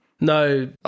No